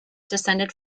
descended